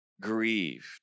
grieved